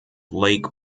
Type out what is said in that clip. lake